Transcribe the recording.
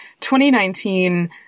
2019